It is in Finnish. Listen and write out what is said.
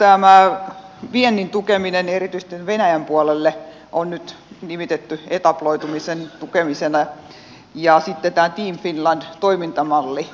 tätä viennin tukemista erityisesti venäjän puolelle on nyt nimitetty etabloitumisen tukemiseksi ja sitten on tämä team finland toimintamalli